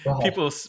People